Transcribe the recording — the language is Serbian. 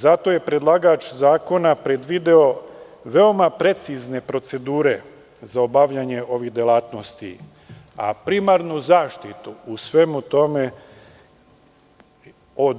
Zato je predlagač zakona predvideo veoma precizne procedure za obavljanje ovih delatnosti, a primarnu zaštitu u svemu tome,